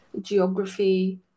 geography